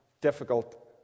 difficult